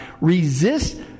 Resist